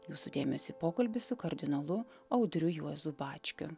jūsų dėmesiui pokalbis su kardinolu audriu juozu bačkiu